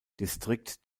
distrikt